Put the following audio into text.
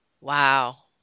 Wow